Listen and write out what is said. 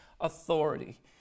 authority